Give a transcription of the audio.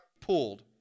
pulled